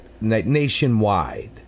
nationwide